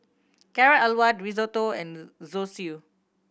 Carrot Halwa Risotto and Zosui